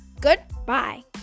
Goodbye